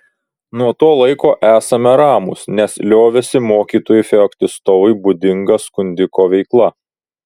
nuo to laiko esame ramūs nes liovėsi mokytojui feoktistovui būdinga skundiko veikla